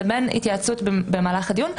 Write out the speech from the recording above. לבין התייעצות במהלך הדיון.